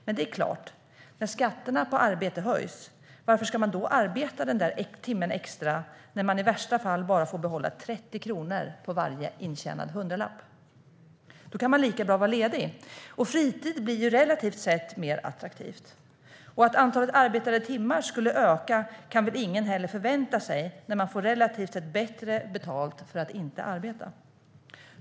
Men det är klart, när skatterna på arbete höjs, varför ska man då arbeta den där timmen extra när man i värsta fall bara får behålla 30 kronor av varje intjänad hundralapp? Då kan man lika bra vara ledig. Fritid blir relativt sett mer attraktivt. Och att antalet arbetade timmar skulle öka kan väl ingen heller förvänta sig när man får relativt sett bättre betalt för att inte arbeta.